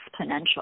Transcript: exponential